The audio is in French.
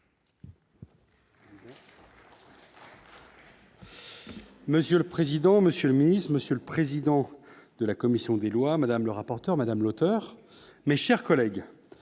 Monsieur le président, Monsieur le Ministre, Monsieur le président de la commission des lois Madame le rapporteur madame l'auteur mais, chers collègues,